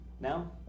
Now